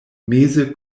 meze